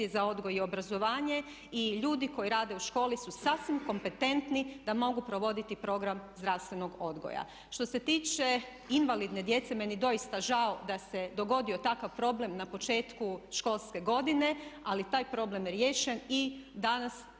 za odgoj i obrazovanje i ljudi koji rade u školi su sasvim kompetentni da mogu provoditi program zdravstvenog odgoja. Što se tiče invalidne djece meni je doista žao da se dogodio takav problem na početku školske godine ali taj problem je riješen i danas